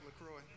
LaCroix